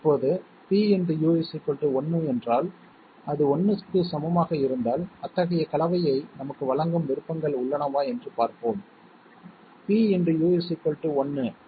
இப்போது p × U 1 என்றால் அது 1 க்கு சமமாக இருந்தால் அத்தகைய கலவையை நமக்கு வழங்கும் விருப்பங்கள் உள்ளனவா என்று பார்ப்போம் p × U 1